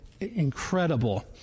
incredible